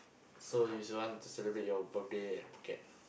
so you don't want to celebrate your birthday at Phuket